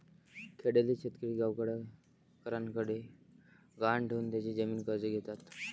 खेड्यातील शेतकरी सावकारांकडे गहाण ठेवून त्यांची जमीन कर्ज घेतात